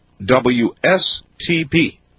WSTP